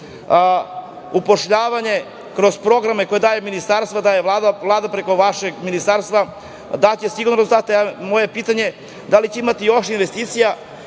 upošljavanje kroz programe koje daje ministarstvo, daje Vlada preko vašeg ministarstva, a moje pitanje je da li će imati još investicija